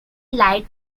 light